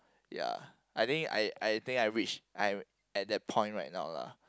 ya I think I I think I reached I am at that point right now lah